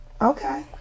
Okay